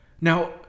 Now